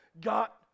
got